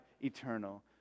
eternal